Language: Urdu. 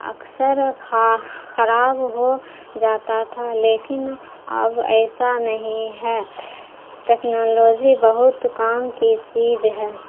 اکثر خراب ہو جاتا تھا لیکن اب ایسا نہیں ہے تیکنالوزی بہت کام کی چیز ہے